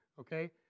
Okay